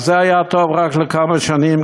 אבל זה היה טוב רק לכמה שנים,